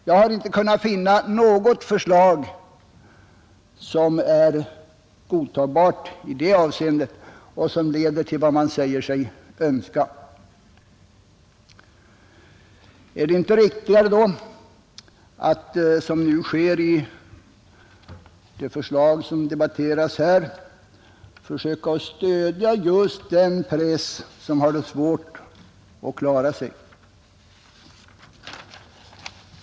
Jag har inte kunnat finna något förslag som är godtagbart i det avseendet och som leder till vad man säger sig önska, Är det inte riktigare att som nu sker i det förslag som här debatteras söka stödja just den press som har svårt att klara sig?